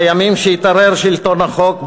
בימים שהתערער שלטון החוק,